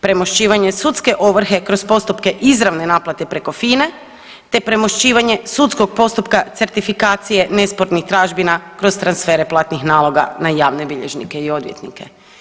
Premošćivanje sudske ovrhe kroz postupke izravne naplate preko FINA-e te premošćivanje sudskog postupka certifikacije nespornih tražbina kroz transfere platnih naloga na javne bilježnike i odvjetnike.